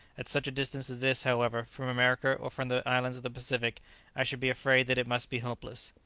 at such a distance as this, however, from america or from the islands of the pacific i should be afraid that it must be hopeless.